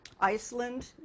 Iceland